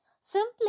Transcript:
Simply